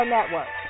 Network